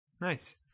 Nice